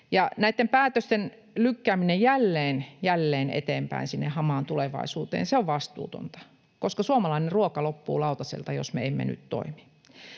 Näitten päätösten lykkääminen jälleen ja jälleen eteenpäin sinne hamaan tulevaisuuteen on vastuutonta, koska suomalainen ruoka loppuu lautaselta, jos me emme nyt toimi.